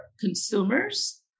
consumers